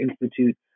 Institute